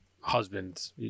husband